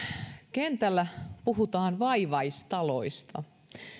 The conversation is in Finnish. kentällä puhutaan vaivaistaloista